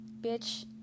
bitch